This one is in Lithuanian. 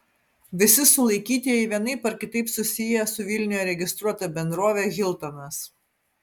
visi sulaikytieji vienaip ar kitaip susiję su vilniuje registruota bendrove hiltonas